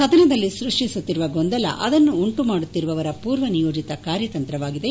ಸದನದಲ್ಲಿ ಸ್ಪಷ್ಟಿಸುತ್ತಿರುವ ಗೊಂದಲ ಅದನ್ನು ಉಂಟುಮಾಡುತ್ತಿರುವವರ ತಮ್ಮ ಪೂರ್ವನಿಯೋಜಿತ ಕಾರ್ಯತಂತ್ರವಾಗಿದೆ